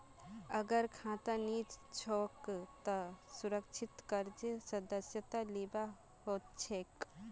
अगर खाता नी छोक त सुरक्षित कर्जेर सदस्यता लिबा हछेक